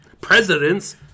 presidents